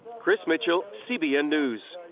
chris mitchell, cbn news.